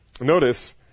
Notice